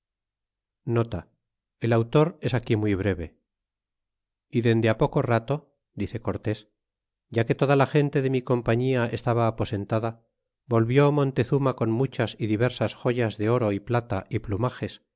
el autor es aquí muy breve y dende poco rato dice cortés ya que toda la gente de mi compañia estaba aposentada volvió idontezuma con muchas y diversas joyas de oro y plata y plumages